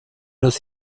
los